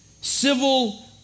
civil